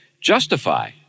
justify